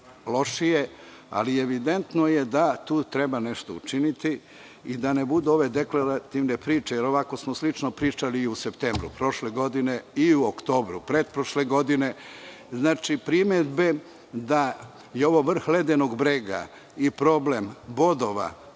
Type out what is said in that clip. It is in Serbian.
lošije, ali evidentno je da tu treba nešto učiniti, da ne budu ove deklarativne priče, jer ovako smo slično pričali i u septembru prošle godine i u oktobru pretprošle godine. Znači, primedbe da je ovo vrh ledenog brega i problem bodova,